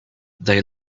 they